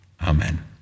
Amen